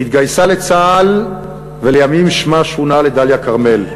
היא התגייסה לצה"ל, ולימים שמה שונה לדליה כרמל,